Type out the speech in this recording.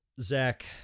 Zach